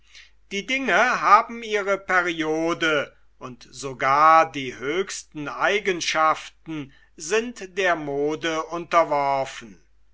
die dinge haben ihre periode und sogar die höchsten eigenschaften sind der mode unterworfen